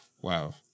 Wow